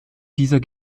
dieser